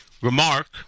remark